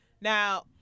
now